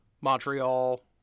Montreal